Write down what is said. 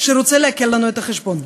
שרוצה לעקל לנו את החשבון.